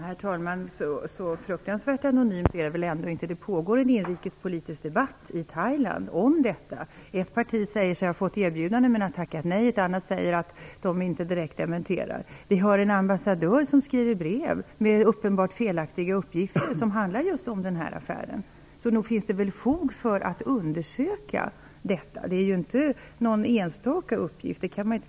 Herr talman! Så fruktansvärt anonymt är det väl ändå inte. Det pågår ju en inrikespolitisk debatt i Thailand om detta. Ett parti säger sig ha fått erbjudande men tackat nej, och ett annat parti säger att de inte direkt dementerar. Vi har en ambassadör som skriver brev med uppenbart felaktiga uppgifter som handlar om just den här affären, så nog finns det väl fog att undersöka uppgifterna. Det är ju inte fråga om någon enstaka uppgift.